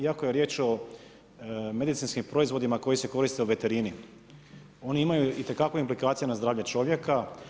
Iako je riječ o medicinskim proizvodima koji se koriste u veterini, oni imaju itekako implikacija na zdravlje čovjeka.